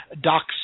Doc's